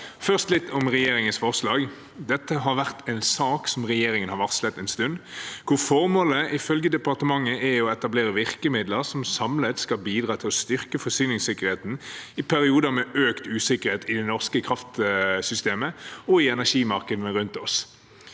Først litt om regjeringens forslag: Dette har vært en sak som regjeringen har varslet en stund, hvor formålet ifølge departementet er å etablere virkemidler som samlet skal bidra til å styrke forsyningssikkerheten i perioder med økt usikkerhet i det norske kraftsystemet og i energimarkedene rundt oss.